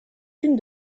une